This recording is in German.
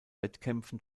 wettkämpfen